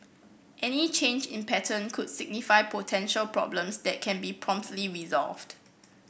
any change in pattern could signify potential problems that can be promptly resolved